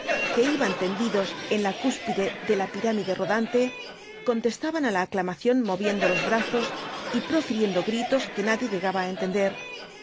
que iban tendidos en la cúspide de la pirámide rodante contestaban á la aclamación moriendo los brazos y profiriendo gritos qne nadie llegaba á entender